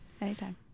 Anytime